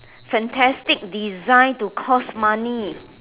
fantastic design to cost money